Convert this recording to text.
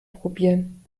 probieren